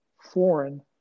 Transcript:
foreign